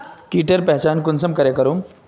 कीटेर पहचान कुंसम करे करूम?